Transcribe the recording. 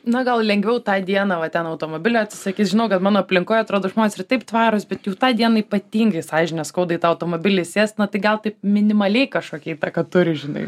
na gal lengviau tą dieną va ten automobilio atsisakyt žinau kad mano aplinkoj atrodo žmonės ir taip tvarūs bet jau tą dieną ypatingai sąžinę skauda į tą automobilį įsėst na tai gal taip minimaliai kažkokią įtaką turi žinai